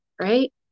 right